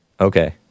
okay